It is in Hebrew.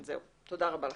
זהו, תודה רבה לכם.